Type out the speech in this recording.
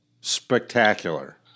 Spectacular